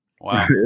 Wow